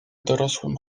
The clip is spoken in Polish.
dorosłym